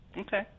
Okay